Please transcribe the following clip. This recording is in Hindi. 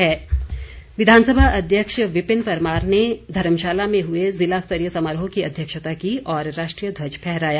धर्मशाला स्वतंत्रता दिवस विधानसभा अध्यक्ष विपिन परमार ने धर्मशाला में हुए जिला स्तरीय समारोह की अध्यक्षता की और राष्ट्रीय ध्वज फहराया